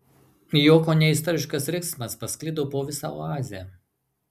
jo kone isteriškas riksmas pasklido po visą oazę